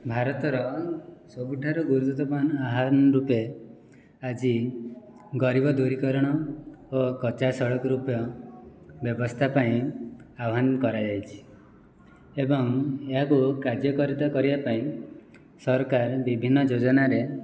ଭାରତର ସବୁଠାରୁ ଗୁରୁତ୍ୱପୂର୍ଣ୍ଣ ଆହ୍ୱାନ ରୂପେ ଆଜି ଗରିବ ଦୂରୀକରଣ ଓ କଚ୍ଚା ସଡ଼କ ରୂପେ ବ୍ୟବସ୍ଥା ପାଇଁ ଆହ୍ୱାନ କରାଯାଇଛି ଏବଂ ଏହାକୁ କାର୍ଯ୍ୟକାରିତା କରିବାପାଇଁ ସରକାର ବିଭିନ୍ନ ଯୋଜନାରେ